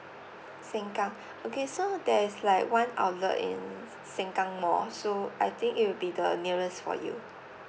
sengkang okay so there is like one outlet in sengkang mall so I think it will be the nearest for you